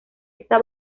esta